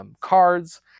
cards